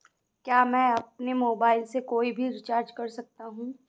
क्या मैं अपने मोबाइल से कोई भी रिचार्ज कर सकता हूँ?